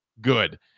good